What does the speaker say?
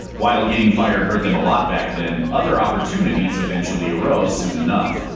while getting fired hurt them a lot back then, other opportunities eventually arose soon enough.